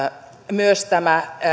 myös tämä